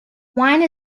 wine